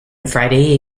friday